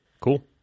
Cool